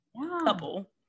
couple